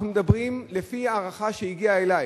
לפי הערכה שהגיעה אלי,